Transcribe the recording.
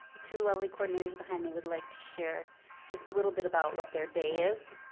the two lovely coordinators behind me would like to share just a little bit about what their day is.